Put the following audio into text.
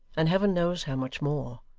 and heaven knows how much more,